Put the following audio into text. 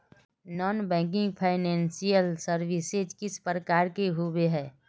Non banking financial services किस प्रकार के होबे है?